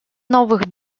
новых